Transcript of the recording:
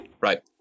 right